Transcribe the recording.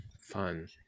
Fun